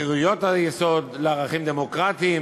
לחירויות היסוד, לערכים דמוקרטיים,